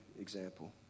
example